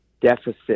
deficit